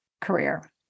career